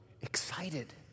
excited